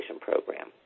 program